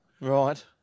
right